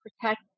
protect